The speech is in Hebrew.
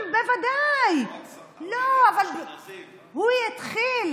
אורלי, קיבלתי איזה הודעה מאחד הצופים, והוא צודק,